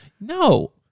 No